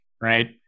right